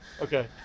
Okay